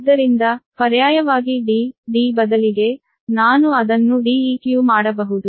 ಆದ್ದರಿಂದ ಪರ್ಯಾಯವಾಗಿ d d ಬದಲಿಗೆ ನಾನು ಅದನ್ನು Deq ಮಾಡಬಹುದು